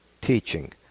teaching